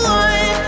one